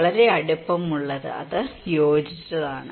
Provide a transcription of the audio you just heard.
വളരെ അടുപ്പമുള്ളത് അത് യോജിച്ചതാണ്